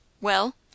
Well